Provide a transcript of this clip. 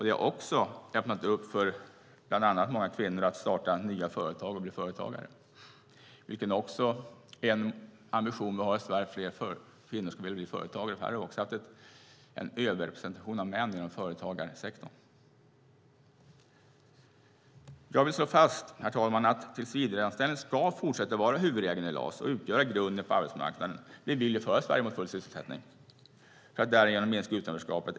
Det har också öppnat upp för bland annat många kvinnor att starta nya företag och bli företagare, vilket också är en ambition vi har i Sverige, att fler kvinnor ska vilja bli företagare. Vi har haft en överrepresentation av män inom företagarsektorn. Jag vill slå fast, herr talman, att tillsvidareanställning ska fortsätta att vara huvudregeln i LAS och utgöra grunden på arbetsmarknaden. Vi vill ju föra Sverige mot full sysselsättning för att därigenom minska utanförskapet.